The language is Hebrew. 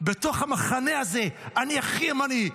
בתוך המחנה הזה, אני הכי ימני.